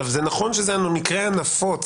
זה נכון שזה המקרה הנפוץ,